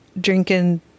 drinking